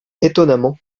étonnamment